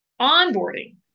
Onboarding